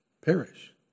Perish